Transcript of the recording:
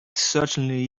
certainly